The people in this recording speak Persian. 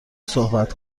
صحبت